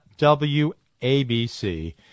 WABC